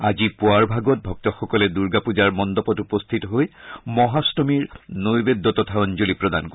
আজি পুৱাৰ ভাগত ভক্তসকলে দূৰ্গা পুজাৰ মণ্ডপসমূহত উপস্থিত হৈ মহাট্টমীৰ নৈবেদ্য তথা অঞ্জলি প্ৰদান কৰে